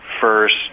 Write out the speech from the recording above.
first